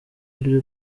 ry’u